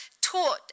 taught